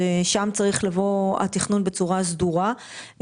שם צריך לבוא התכנון בצורה סדורה,